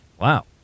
Wow